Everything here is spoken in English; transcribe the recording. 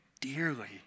dearly